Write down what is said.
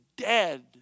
dead